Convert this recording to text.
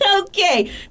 Okay